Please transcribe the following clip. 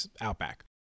outback